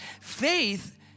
Faith